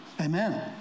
Amen